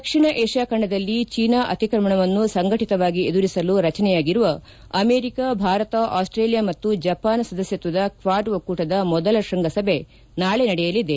ದಕ್ಷಿಣ Asia ಖಂಡದಲ್ಲಿ ಚೀನಾ ಅತಿಕ್ರಮಣವನ್ನು ಸಂಘಟಿತವಾಗಿ ಎದುರಿಸಲು ರಚನೆಯಾಗಿರುವ ಅಮೆರಿಕ ಭಾರತ ಆಸ್ಲೇಲಿಯಾ ಮತ್ತು ಜಪಾನ್ ಸದಸ್ವತ್ವದ ಕ್ವಾಡ್ ಒಕ್ಕೂಟದ ಮೊದಲ ಕೃಂಗಸಭೆ ನಾಳೆ ನಡೆಯಲಿದೆ